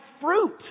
fruit